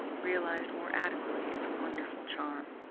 realised more adequately its wonderful charm.